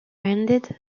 ended